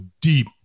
deep